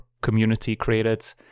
community-created